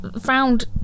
found